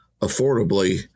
affordably